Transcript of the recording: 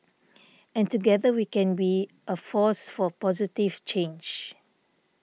and together we can be a force for positive change